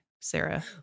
Sarah